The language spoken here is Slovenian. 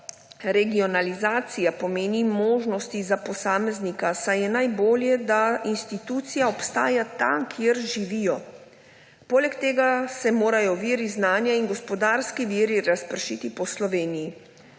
regionalizacija pomeni možnosti za posameznika, saj je najbolje, da institucija obstaja tam, kjer živijo. Poleg tega se morajo viri znanja in gospodarski viri razpršiti po Sloveniji.